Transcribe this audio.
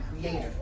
creator